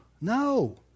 No